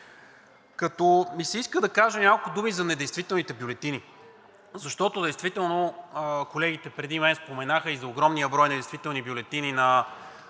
Иска ми се да кажа и няколко думи за недействителните бюлетини, защото действително колегите преди мен споменаха и за огромния брой недействителни бюлетини,